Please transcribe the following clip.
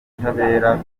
ubutabera